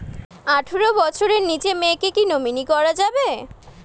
আঠারো বছরের নিচে মেয়েকে কী নমিনি করা যাবে?